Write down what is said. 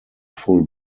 full